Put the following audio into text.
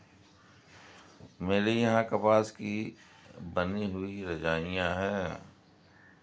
मेरे यहां कपास की बनी हुई रजाइयां है